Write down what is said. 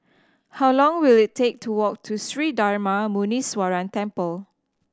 how long will it take to walk to Sri Darma Muneeswaran Temple